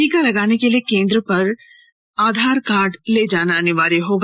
टीका लगाने के लिए केंद्र पर आधार कार्ड ले जाना अनिवार्य होगा